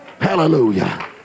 hallelujah